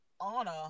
honor